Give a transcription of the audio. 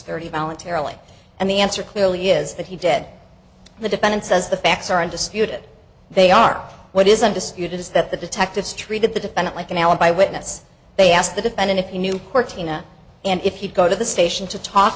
thirty voluntarily and the answer clearly is that he dead the defendant says the facts are undisputed they are what is undisputed is that the detectives treated the defendant like an alibi witness they asked the defendant if you knew where tina and if you go to the station to talk